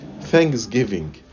thanksgiving